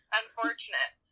unfortunate